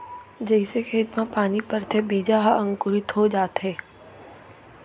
जइसे खेत म पानी परथे बीजा ह अंकुरित हो जाथे